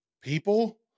People